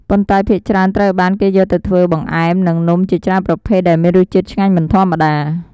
ប៉ុន្តែភាគច្រើនត្រូវបាន គេយកទៅធ្វើបង្អែម និងនំជាច្រើនប្រភេទដែលមានរសជាតិឆ្ងាញ់មិនធម្មតា។